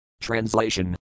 Translation